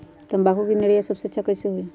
तम्बाकू के निरैया सबसे अच्छा कई से होई?